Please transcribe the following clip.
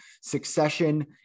succession